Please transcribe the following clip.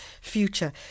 Future